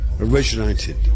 originated